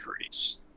increase